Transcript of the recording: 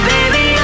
Baby